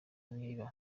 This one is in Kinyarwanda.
niba